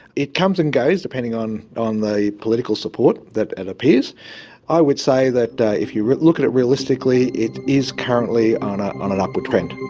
it comes and goes depending on on the political support that appears. i would say that if you look at it realistically it is currently on ah on an upward trend.